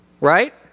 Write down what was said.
Right